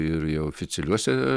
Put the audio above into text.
ir jau oficialiuose